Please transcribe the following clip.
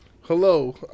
hello